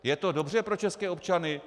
Je to dobře pro české občany?